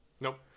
Nope